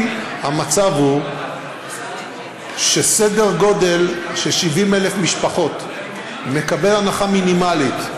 אם המצב הוא שסדר גודל של 70,000 משפחות מקבלות הנחה מינימלית,